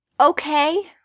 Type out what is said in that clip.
Okay